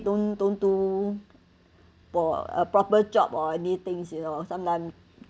don't don't do for a proper job or a new things you know sometime